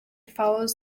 follows